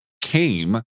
came